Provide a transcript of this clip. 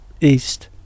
east